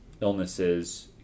illnesses